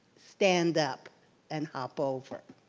stand up and hop over.